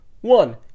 one